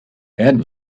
add